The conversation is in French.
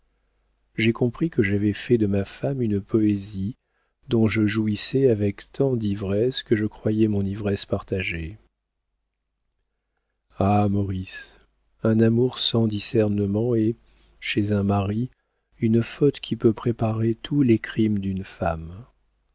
j'ai compris que j'avais fait de ma femme une poésie dont je jouissais avec tant d'ivresse que je croyais mon ivresse partagée ah maurice un amour sans discernement est chez un mari une faute qui peut préparer tous les crimes d'une femme